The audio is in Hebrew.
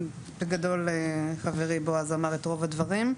בגדול, חברי בעז אמר את רוב הדברים.